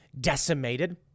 decimated